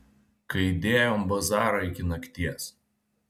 kai dėjom bazarą iki nakties